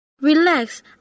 Relax